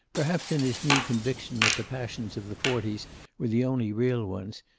perhaps in his new conviction that the passions of the forties were the only real ones,